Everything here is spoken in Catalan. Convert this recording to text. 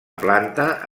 planta